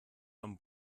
vom